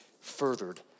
furthered